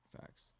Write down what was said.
Facts